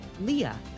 leah